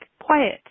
quiet